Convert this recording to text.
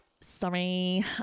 sorry